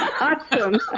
Awesome